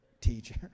teacher